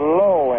low